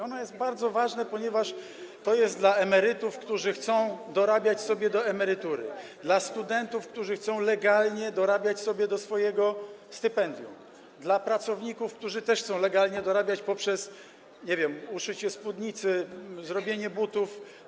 Ono jest bardzo ważne, ponieważ jest dla emerytów, którzy chcą dorabiać sobie do emerytury, dla studentów, którzy chcą legalnie dorabiać do swojego stypendium, dla pracowników, którzy też chcą legalnie dorabiać poprzez uszycie spódnicy, zrobienie butów.